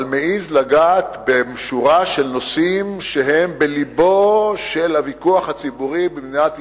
לגעת בשורה של נושאים שהם בלבו של הוויכוח הציבורי במדינת ישראל.